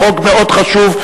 בחוק מאוד חשוב,